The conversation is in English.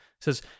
says